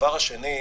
דבר שני,